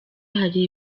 hari